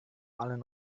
allen